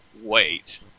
wait